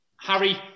Harry